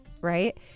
right